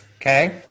Okay